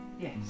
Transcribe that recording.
Yes